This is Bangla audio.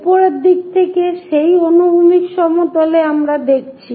উপরের দিক থেকে সেই অনুভূমিক সমতলে আমরা দেখছি